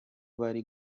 bari